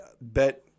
bet